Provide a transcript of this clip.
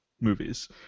movies